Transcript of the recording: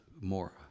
more